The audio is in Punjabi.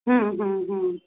ਹੁੰ ਹੁੰ ਹੁੰ